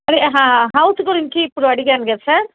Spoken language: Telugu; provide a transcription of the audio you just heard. అదే హౌస్ గురించి ఇప్పుడు అడిగాను కదా సార్